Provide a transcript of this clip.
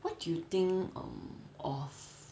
what do you think of